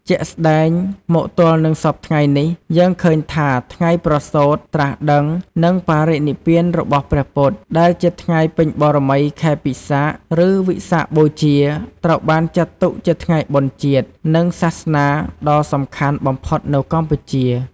ជាក់ស្តែងមកទល់និងសព្វថ្ងៃនេះយើងឃើញថា ថ្ងៃប្រសូតត្រាស់ដឹង និងបរិនិព្វានរបស់ព្រះពុទ្ធ ដែលជាថ្ងៃពេញបូណ៌មីខែពិសាខ ឬ វិសាខបូជា ត្រូវបានចាត់ទុកជាថ្ងៃបុណ្យជាតិ និងសាសនាដ៏សំខាន់បំផុតនៅកម្ពុជា។